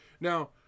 Now